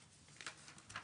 מהלכים